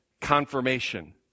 confirmation